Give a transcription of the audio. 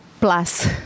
plus